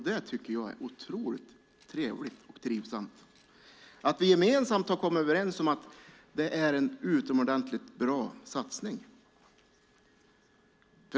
Jag tycker att det är trevligt att vi gemensamt har kommit överens om att det är en utomordentligt bra satsning.